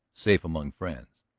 safe among friends.